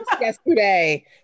yesterday